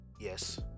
Yes